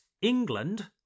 England